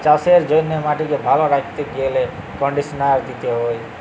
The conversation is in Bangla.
চাষের জ্যনহে মাটিক ভাল ক্যরতে গ্যালে কনডিসলার দিতে হয়